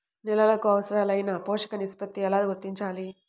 నేలలకు అవసరాలైన పోషక నిష్పత్తిని ఎలా గుర్తించాలి?